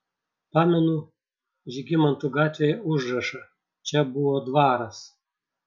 pamenu žygimantų gatvėje užrašą čia buvo dvaras